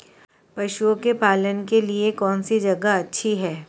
पशुओं के पालन के लिए कौनसी जगह अच्छी है?